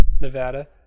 Nevada